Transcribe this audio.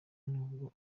n’ubwo